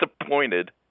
disappointed